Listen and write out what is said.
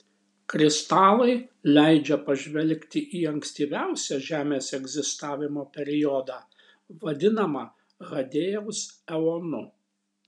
kristalai leidžia pažvelgti į ankstyviausią žemės egzistavimo periodą vadinamą hadėjaus eonu